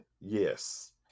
yes